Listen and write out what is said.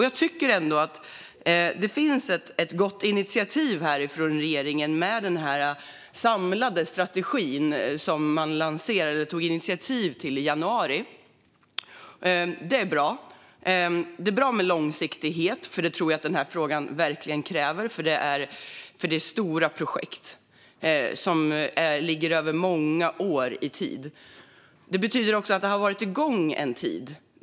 Jag tycker ändå att det finns ett gott initiativ från regeringen med den samlade strategi som man lanserade i januari. Det är bra. Det är bra med långsiktighet, för det tror jag att den här frågan verkligen kräver. Det är stora projekt som ligger över många år i tid. Det betyder också att de har varit igång en tid.